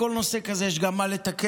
בכל נושא כזה יש גם מה לתקן,